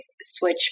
switch